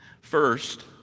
first